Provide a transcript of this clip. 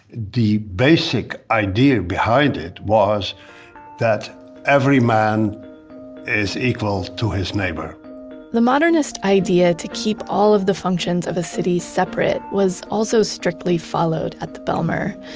the basic idea behind it was that every man is equal to his neighbor the modernist idea to keep all of the functions of the city separate was also strictly followed at the bijlmer.